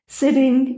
sitting